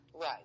Right